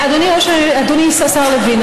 אדוני השר לוין,